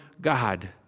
God